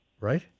right